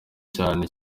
cyane